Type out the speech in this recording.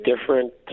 different